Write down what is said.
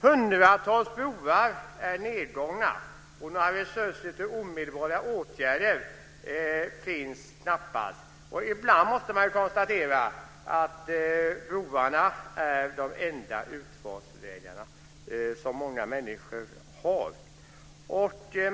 Hundratals broar är nedgångna och några resurser till omedelbara åtgärder finns knappast. Ibland måste man konstatera att broarna är de enda utfartsvägar som många människor har.